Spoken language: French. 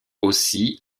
aussi